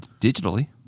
digitally